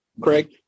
Craig